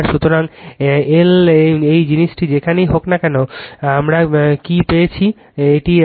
সুতরাং এল এই জিনিসটি যেখানেই হোক না কেন আমরা কী কল পেয়েছি রেফার টাইম 0642